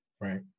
right